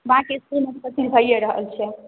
बाँकी इसकूलमे तऽ सभचीज भैए रहल छै